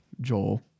Joel